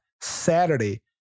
Saturday